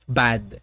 bad